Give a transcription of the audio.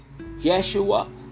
Yeshua